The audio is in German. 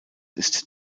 ist